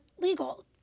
legal